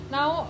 Now